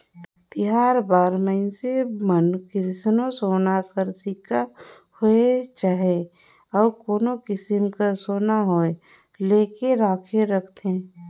तिहार बार मइनसे मन कइसनो सोना कर सिक्का होए चहे अउ कोनो किसिम कर सोना होए लेके राखे रहथें